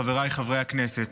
חבריי חברי הכנסת,